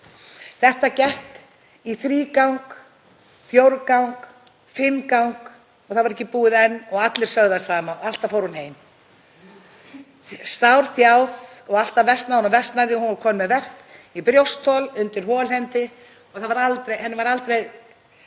Þetta gekk í þrígang, í fjórgang, fimmgang og það var ekki búið enn. Allir sögðu það sama og alltaf fór hún heim sárþjáð og alltaf versnaði hún og versnaði. Hún var komin með verk í brjósthol og í holhönd og henni var aldrei